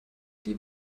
die